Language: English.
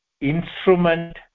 instrument